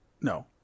no